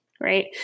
Right